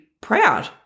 proud